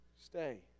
Stay